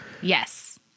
Yes